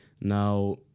Now